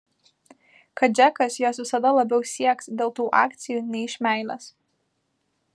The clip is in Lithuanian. kad džekas jos visada labiau sieks dėl tų akcijų nei iš meilės